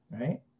right